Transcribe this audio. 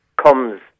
comes